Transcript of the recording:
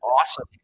Awesome